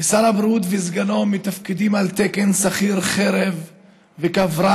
ושר הבריאות וסגנו מתפקדים על תקן שכיר חרב וקברן.